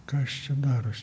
kas čia daros